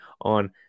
on